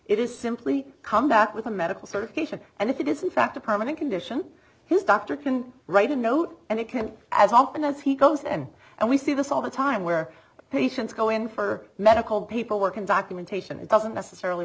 it is simply come back with a medical certification and if it is in fact a permanent condition his doctor can write a note and it can as often as he goes and and we see this all the time where patients go in for medical people work in documentation it doesn't necessarily